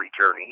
journey